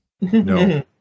No